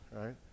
right